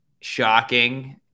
shocking